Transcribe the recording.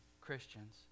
Christians